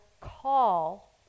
call